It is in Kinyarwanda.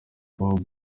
bob